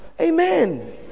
amen